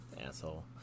Asshole